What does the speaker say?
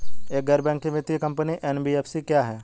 एक गैर बैंकिंग वित्तीय कंपनी एन.बी.एफ.सी क्या है?